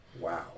Wow